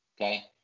Okay